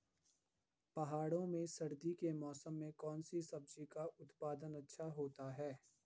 पहाड़ों में सर्दी के मौसम में कौन सी सब्जी का उत्पादन अच्छा होता है?